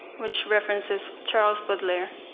which references charles baudelaire.